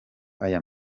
aya